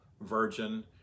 virgin